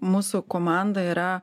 mūsų komanda yra